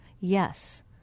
Yes